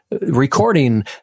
recording